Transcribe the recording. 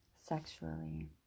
sexually